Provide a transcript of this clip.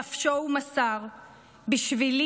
נפשו הוא מסר / בשבילי,